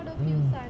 mm